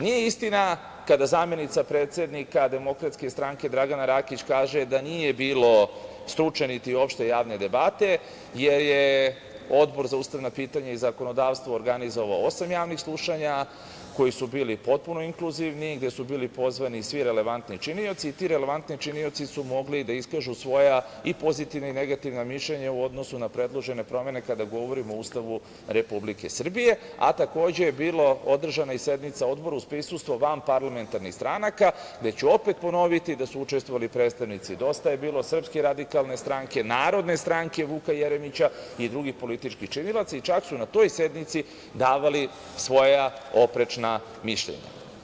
Nije istina kada zamenica predsednika DS, Dragana Rakić kaže da nije bilo stručne, niti opšte javne debate, jer je Odbor za ustavna pitanja i zakonodavstvo organizovao osam javnih slušanja koji su bili potpuno inkluzivni, gde su bili pozvani svi relevantni činioci i ti relevantni činioci su mogli da iskažu svoja pozitivna i negativna mišljenja u odnosu na predložene promene kada govorimo o Ustavu Republike Srbije, a takođe je bila održana i sednica odbora uz prisustvo vanparlamentarnih stranaka gde su, opet ću ponoviti, učestvovali predstavnici Dosta je bilo, Srpske radikalne stranke, Narodne stranke Vuka Jeremića i drugih političkih činilaca, i čak su na toj sednici davali svoja oprečna mišljenja.